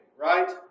Right